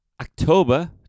october